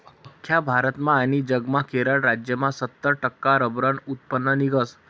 आख्खा भारतमा आनी जगमा केरळ राज्यमा सत्तर टक्का रब्बरनं उत्पन्न निंघस